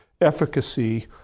efficacy